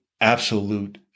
absolute